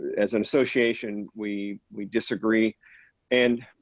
as an association we we disagree and